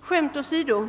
Skämt åsido!